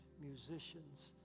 musicians